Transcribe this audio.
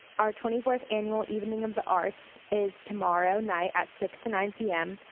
our twenty fourth annual evening of the arts is tomorrow night at six to nine p m.